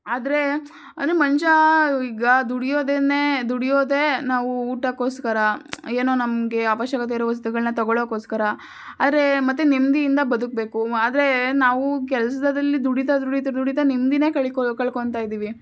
ಆದರೆ ಅಂದರೆ ಮನುಷ್ಯ ಈಗ ದುಡಿಯೋದನ್ನೇ ದುಡಿಯೋದೇ ನಾವು ಊಟಕ್ಕೋಸ್ಕರ ಏನೋ ನಮಗೆ ಅವಶ್ಯಕತೆ ಇರುವ ವಸ್ತುಗಳನ್ನ ತೊಗೊಳ್ಳೋಕ್ಕೋಸ್ಕರ ಆದ್ರೆ ಮತ್ತೆ ನೆಮ್ಮದಿಯಿಂದ ಬದುಕಬೇಕು ಆದರೆ ನಾವು ಕೆಲಸದಲ್ಲಿ ದುಡಿತಾ ದುಡಿತಾ ದುಡಿತಾ ನೆಮ್ಮದಿನೇ ಕಳಕೊಳ್ ಕಳ್ಕೊಳ್ತಾಯಿದೀವಿ